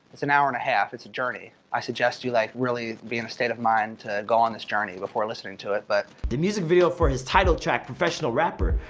it's an hour and a half, it's a journey. i suggest you like really be in a state of mind to go on this journey before listening to it, but, the music video for his title track, professional rapper,